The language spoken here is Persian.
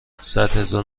صدهزار